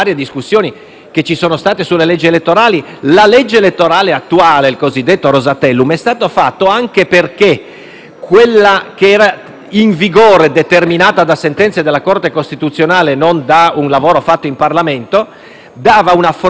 in vigore, determinata da sentenze della Corte costituzionale e non da un lavoro fatto in Parlamento, creava una fortissima disomogeneità tra la Camera e il Senato, con il grosso pericolo di maggioranze disomogenee.